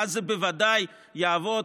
ואז זה בוודאי יעבוד,